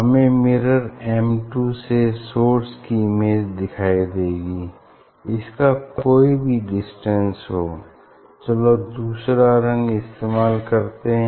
हमें mirror M two से source की इमेज दिखाई देगी इसका कोई भी डिस्टेंस हो चलो दूसरा रंग इस्तेमाल करते हैं